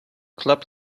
club